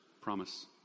promise